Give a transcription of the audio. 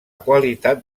qualitat